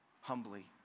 humbly